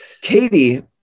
Katie